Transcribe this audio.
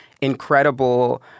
incredible